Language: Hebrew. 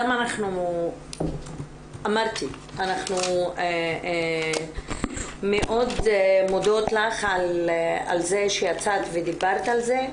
אנחנו מאוד מודות לך על זה שיצאת ודיברת על זה.